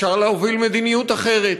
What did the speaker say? אפשר להוביל מדיניות אחרת.